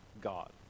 God